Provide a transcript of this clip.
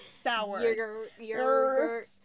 sour